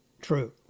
True